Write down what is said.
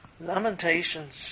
Lamentations